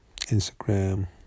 instagram